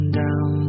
down